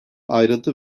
ayrıntı